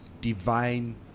Divine